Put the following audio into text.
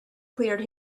cleared